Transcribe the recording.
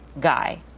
guy